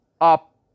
up